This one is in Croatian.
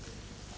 Hvala